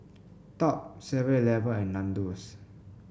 Top Seven Eleven and Nandos